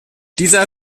dieser